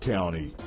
County